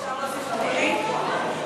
עיצום כספי וסמכויות פיקוח),